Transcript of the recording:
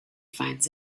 finds